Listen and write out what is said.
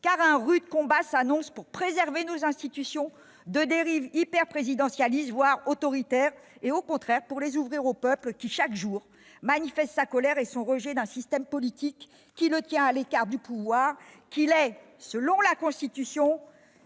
car un rude combat s'annonce pour préserver nos institutions de dérives hyper-présidentialistes, voire autoritaires, et pour, au contraire, les ouvrir au peuple, lequel manifeste chaque jour sa colère et son rejet d'un système politique qui le tient à l'écart du pouvoir qu'il est, aux termes de la Constitution-